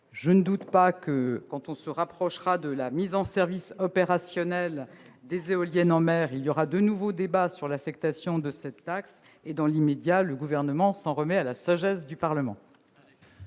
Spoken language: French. Je ne doute pas que, quand on se rapprochera de la mise en service opérationnelle des éoliennes en mer, il y aura de nouveaux débats sur l'affectation de cette taxe. Dans l'immédiat, le Gouvernement s'en remet à la sagesse du Sénat.